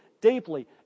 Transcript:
deeply